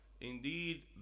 indeed